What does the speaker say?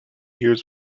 years